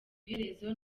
iherezo